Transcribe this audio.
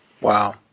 Wow